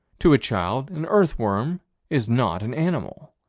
to a child an earth worm is not an animal.